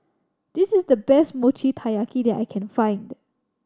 this is the best Mochi Taiyaki that I can find